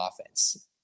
offense